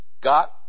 got